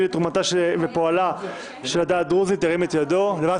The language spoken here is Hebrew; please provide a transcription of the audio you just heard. לתרומתה ולפועלה של העדה הדרוזית לוועדת